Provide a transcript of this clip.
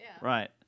right